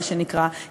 מה שנקרא,